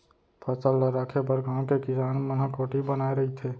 फसल ल राखे बर गाँव के किसान मन ह कोठी बनाए रहिथे